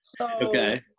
okay